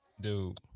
dude